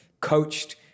coached